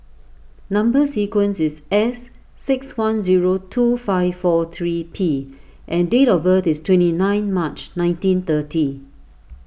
Number Sequence is S six one zero two five four three P and date of birth is twenty nine March nineteen thirty